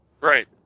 Right